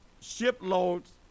shiploads